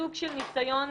סוג של ניסיון